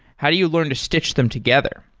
how do you learn to stich them together?